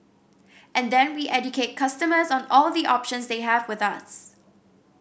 and then we educate customers on all the options they have with us